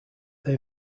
they